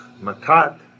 Matat